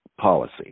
policy